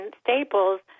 Staples